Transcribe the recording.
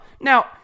Now